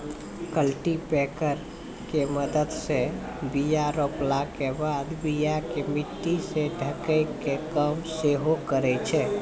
cultipacker के मदत से बीया रोपला के बाद बीया के मट्टी से ढकै के काम सेहो करै छै